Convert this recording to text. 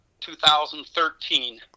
2013